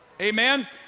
Amen